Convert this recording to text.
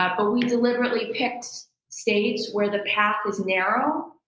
ah but we deliberately picked states where the path was narrow,